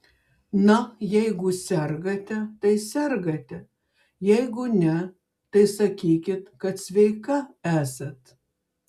na jeigu sergate tai sergate jeigu ne tai sakykit kad sveika esat